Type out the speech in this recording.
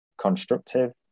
constructive